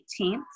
18th